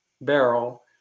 Barrel